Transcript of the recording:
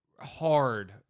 hard